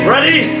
Ready